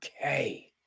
okay